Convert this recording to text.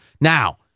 Now